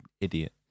idiot